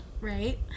right